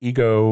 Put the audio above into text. Ego